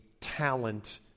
talent